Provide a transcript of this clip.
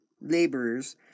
laborers